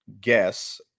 guess